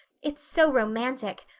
it's so romantic.